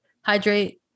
hydrate